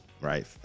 right